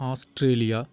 Australia